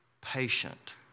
patient